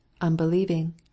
unbelieving